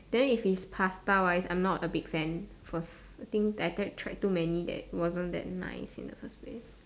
then if it's pasta wise I'm not a big fan first I think like that tried too many that wasn't that nice in the first place